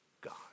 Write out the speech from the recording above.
God